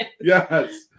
Yes